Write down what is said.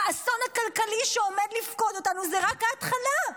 האסון הכלכלי שעומד לפקוד אותנו הוא רק ההתחלה.